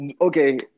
Okay